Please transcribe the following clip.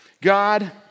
God